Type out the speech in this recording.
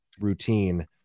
routine